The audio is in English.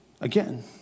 Again